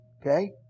Okay